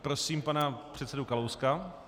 Prosím pana předsedu Kalouska.